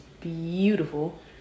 beautiful